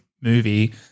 movie